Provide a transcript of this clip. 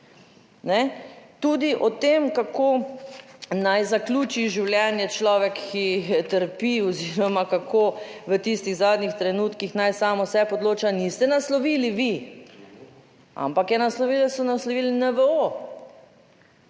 Tudi o tem, kako naj zaključi življenje človek, ki trpi oziroma kako v tistih zadnjih trenutkih naj sam o sebi odloča, niste naslovili vi, ampak je naslovila, so naslovili NVO.